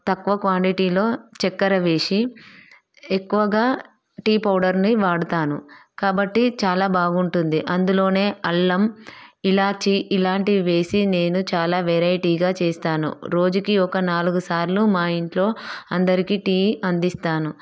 తక్కువ క్వాంటిటీలో చక్కెర వేసి ఎక్కువగా టీ పౌడర్ని వాడుతాను కాబట్టి చాలా బాగుంటుంది అందులోనే అల్లం ఇలాచి ఇలాంటివి వేసి నేను చాలా వెరైటీగా చేస్తాను రోజుకి ఒక నాలుగు సార్లు మాఇంట్లో అందరికీ టీ అందిస్తాను